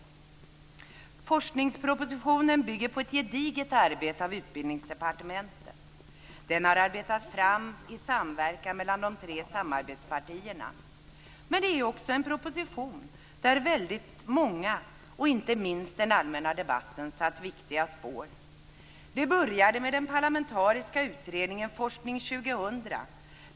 Forskningspropositionen bygger på ett gediget arbete av Utbildningsdepartementet. Den har arbetats fram i samarbete mellan de tre samarbetspartierna. Men det är också en proposition där väldigt många och inte minst den allmänna debatten satt viktiga spår. Det började med den parlamentariska utredningen Forskning 2000.